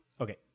Okay